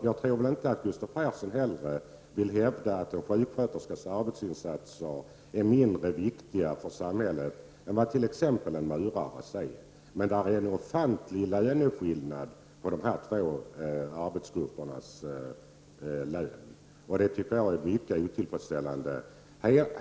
Jag tror inte att Gustav Persson vill hävda att en sjuksköterskas arbetsinsatser är mindre viktiga för samhället än t.ex. en murares, men det är en ofantlig skillnad mellan dessa två arbetsgruppers löner, och det tycker jag är mycket otillfredsställande.